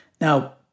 now